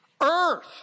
earth